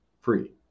free